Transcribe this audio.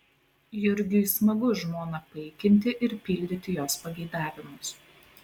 jurgiui smagu žmoną paikinti ir pildyti jos pageidavimus